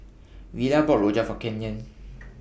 Villa bought Rojak For Kenyon